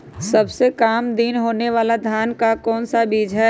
सबसे काम दिन होने वाला धान का कौन सा बीज हैँ?